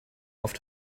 auf